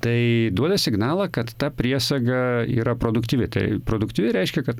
tai duoda signalą kad ta priesaga yra produktyvi tai produktyvi reiškia kad